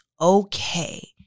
okay